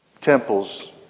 temples